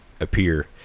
appear